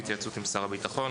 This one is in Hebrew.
בהתייעצות עם שר הביטחון,